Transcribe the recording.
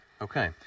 Okay